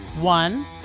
one